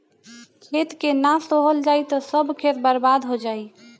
खेत के ना सोहल जाई त सब खेत बर्बादे हो जाई